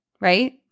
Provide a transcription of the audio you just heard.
right